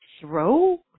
Throw